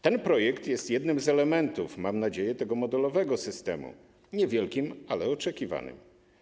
Ten projekt jest jednym z elementów, mam nadzieję, tego modelowego systemu, niewielkim, ale oczekiwanym.